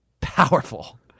Powerful